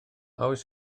oes